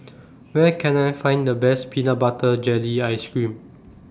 Where Can I Find The Best Peanut Butter Jelly Ice Cream